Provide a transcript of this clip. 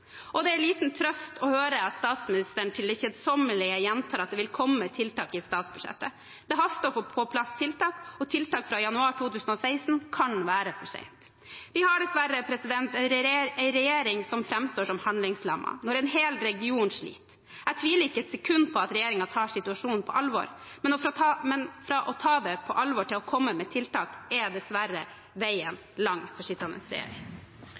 og det er liten trøst å høre statsministeren til det kjedsommelige gjenta at det vil komme tiltak i statsbudsjettet. Det haster å få på plass tiltak, og tiltak fra januar 2016 kan være for sent. Vi har dessverre en regjering som framstår som handlingslammet når en hel region sliter. Jeg tviler ikke et sekund på at regjeringen tar situasjonen på alvor, men fra å ta det på alvor til å komme med tiltak er dessverre veien lang for den sittende